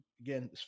again